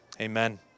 Amen